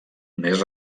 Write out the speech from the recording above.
més